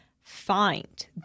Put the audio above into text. find